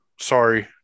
sorry